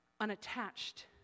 unattached